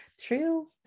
true